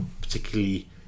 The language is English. particularly